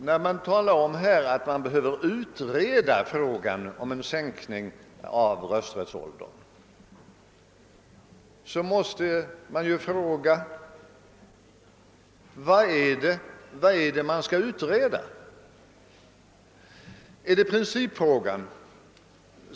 När det talas om att frågan om en sänkning av rösträttsåldern behöver ytterligare utredas måste jag fråga: Vad är det som skall utredas? Är det principfrågan?